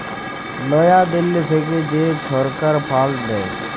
লয়া দিল্লী থ্যাইকে যে ছরকার ফাল্ড দেয়